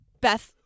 Beth